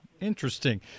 Interesting